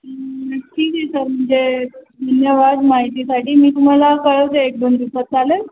ठीक आहे सर म्हणजे धन्यवाद माहितीसाठी मी तुम्हाला कळवते एक दोन दिवसात चालेल